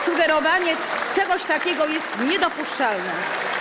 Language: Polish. Sugerowanie czegoś takiego jest niedopuszczalne.